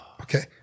okay